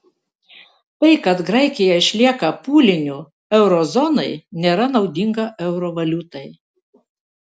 tai kad graikija išlieka pūliniu euro zonai nėra naudinga euro valiutai